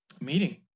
Meeting